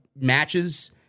matches